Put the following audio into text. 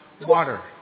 water